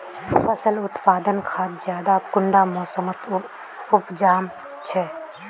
फसल उत्पादन खाद ज्यादा कुंडा मोसमोत उपजाम छै?